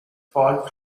fall